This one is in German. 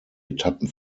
etappen